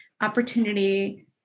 opportunity